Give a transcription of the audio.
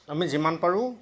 আমি যিমান পাৰোঁ